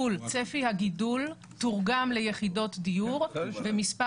צפי הגידול תורגם ליחידות דיור ומספר